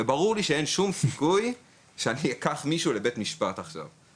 אבל ברור לי שאין שום סיכוי שאני אקח מישהו לבית משפט עכשיו,